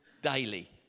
daily